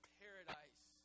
paradise